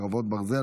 חרבות ברזל),